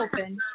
open